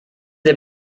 der